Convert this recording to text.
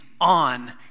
on